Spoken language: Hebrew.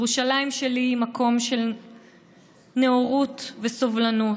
ירושלים שלי היא מקום של נאורות וסובלנות,